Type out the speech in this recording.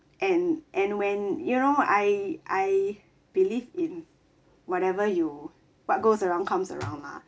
and and when you know I I believe in whatever you what goes around comes around lah